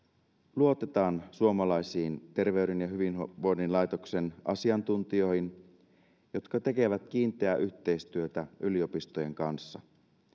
luotetaan suomalaisiin terveyden ja hyvinvoinnin laitoksen asiantuntijoihin jotka tekevät kiinteää yhteistyötä yliopistojen kanssa